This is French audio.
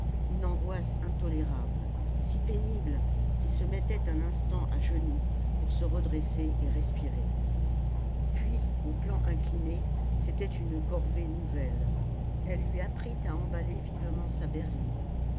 une angoisse intolérable si pénible qu'il se mettait un instant à genoux pour se redresser et respirer puis au plan incliné c'était une corvée nouvelle elle lui apprit à emballer vivement sa berline